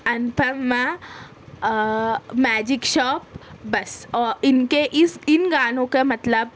anthem ماں magic shop بس او اِن کے اِس اِن گانوں کا مطلب